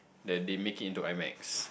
that they make it into Imax